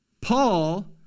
Paul